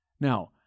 Now